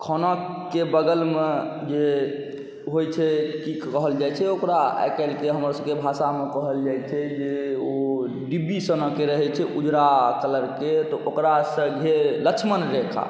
खानाके बगलमे जे होइ छै कि कहल जाइ छै ओकरा आइकाल्हिके हमरसबके भाषामे कहल जाइ छै जे ओ डिब्बी सनके रहै छै उजरा कलरके तऽ ओकरासँ घेरि लछमन रेखा